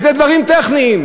ואלה דברים טכניים.